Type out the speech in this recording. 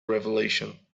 revelation